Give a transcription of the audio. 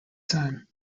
time